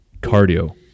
cardio